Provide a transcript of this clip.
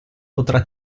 potrà